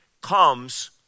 comes